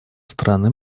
стороны